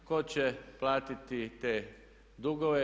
Tko će platiti te dugove?